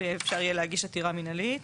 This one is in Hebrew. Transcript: שאפשר יהיה להגיש עתירה מנהלית.